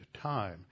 time